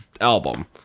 album